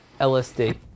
LSD